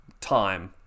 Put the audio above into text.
time